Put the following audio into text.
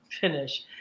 finish